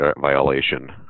violation